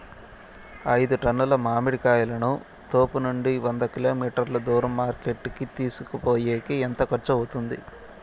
ఐదు టన్నుల మామిడి కాయలను తోపునుండి వంద కిలోమీటర్లు దూరం మార్కెట్ కి తీసుకొనిపోయేకి ఎంత ఖర్చు అవుతుంది?